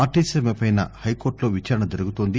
RTC సమ్మెపై హైకోర్టులో విచారణ జరుగుతోంది